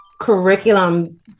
curriculum